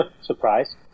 Surprise